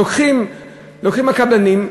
לוקחים הקבלנים,